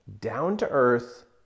down-to-earth